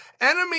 enemy